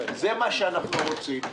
זה מה שאנחנו רוצים.